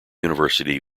university